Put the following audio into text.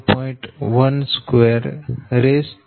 1213 0